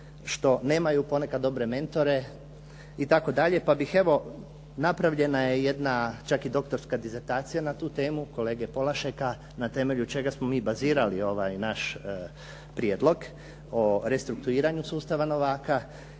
što nemaju ponekad dobre mentore itd., pa bih evo napravljena je jedna čak i doktorska dizertacija na tu temu kolege Polašeka na temelju čega smo mi bazirali ovaj naš prijedlog o restrukturiranju sustava novaka.